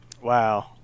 Wow